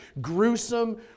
gruesome